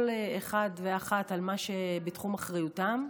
כל אחד ואחת על מה שבתחום אחריותו,